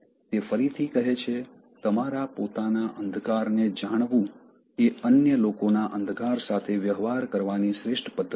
તે ફરીથી કહે છે તમારા પોતાના અંધકારને જાણવું એ અન્ય લોકોનાં અંધકાર સાથે વ્યવહાર કરવાની શ્રેષ્ઠ પદ્ધતિ છે